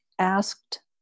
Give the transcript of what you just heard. asked